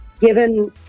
given